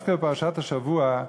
דווקא בפרשת השבוע,